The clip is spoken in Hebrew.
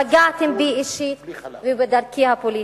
פגעתם בי אישית ובדרכי הפוליטית.